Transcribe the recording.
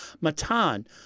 Matan